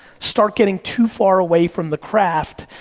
start getting too far away from the craft,